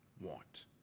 want